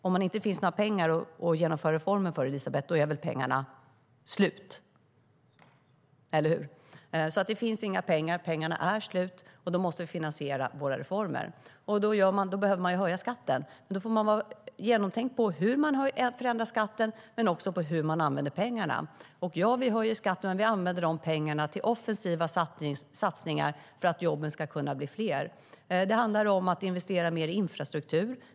Om det inte finns några pengar att genomföra reformer för, Elisabeth, är väl pengarna slut - eller hur? Det finns inga pengar. Pengarna är slut. Då måste vi finansiera våra reformer, och då behöver man höja skatten. Då får det vara genomtänkt hur man förändrar skatten men också hur man använder pengarna. Ja, vi höjer skatten, men vi använder de pengarna till offensiva satsningar för att jobben ska kunna bli fler. Det handlar om att investera mer i infrastruktur.